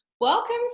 Welcome